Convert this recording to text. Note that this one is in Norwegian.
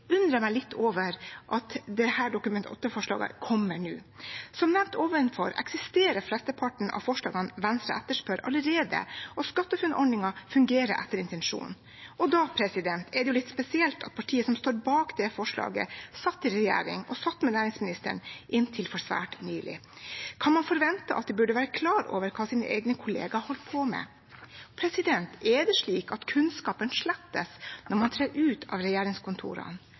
undrer jeg meg litt over at dette Dokument 8-forslaget kommer nå. Som nevnt ovenfor eksisterer flesteparten av tiltakene Venstre etterspør, allerede, og SkatteFUNN-ordningen fungerer etter intensjonen. Da er det litt spesielt at partiet som står bak det forslaget, satt i regjering og satt med næringsministeren inntil svært nylig. Man kan forvente at de burde være klar over hva deres egen kollega holdt på med. Er det slik at kunnskapen slettes når man trer ut av regjeringskontorene,